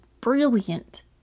brilliant